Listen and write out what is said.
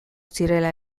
zirela